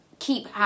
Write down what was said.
keep